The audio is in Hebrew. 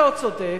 הלא-צודק,